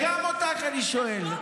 גם אותך אני שואל.